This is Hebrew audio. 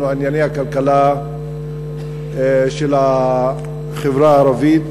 על ענייני הכלכלה של החברה הערבית.